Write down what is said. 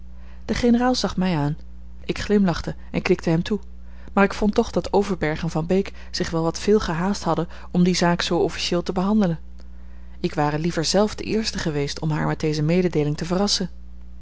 de generaal zag mij aan ik glimlachte en knikte hem toe maar ik vond toch dat overberg en van beek zich wel wat veel gehaast hadden om die zaak zoo officieel te behandelen ik ware liever zelf de eerste geweest om haar met deze mededeeling te verrassen